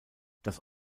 das